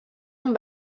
amb